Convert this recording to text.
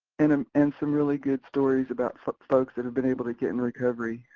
and um and some really good stories about folks folks that have been able to get in recovery.